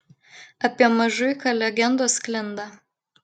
apie mažuiką legendos sklinda